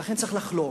ולכן צריך לחלום,